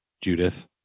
Judith